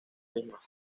mismas